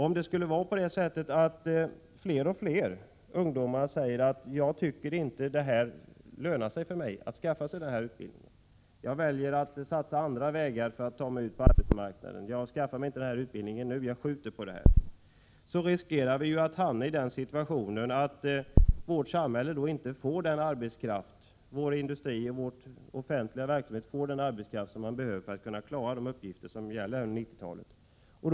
Om det skulle vara så att fler och fler ungdomar säger: jag tycker inte det lönar sig för mig att skaffa denna utbildning, så jag skjuter upp min studiestart, jag väljer andra vägar att ta mig ut på arbetsmarknaden — så riskerar vi ju att hamna i den situationen att svensk industri och offentlig verksamhet inte får den arbetskraft som behövs för att samhället skall kunna klara de uppgifter som gäller under 1990-talet.